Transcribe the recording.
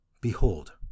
Behold